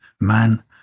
Man